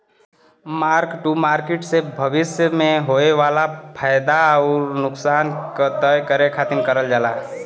mark to market से भविष्य में होये वाला फयदा आउर नुकसान क तय करे खातिर करल जाला